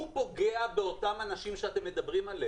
הוא פוגע באותם אנשים שאתם מדברים עליהם.